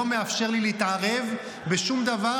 להתערב בשום דבר,